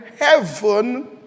heaven